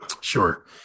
sure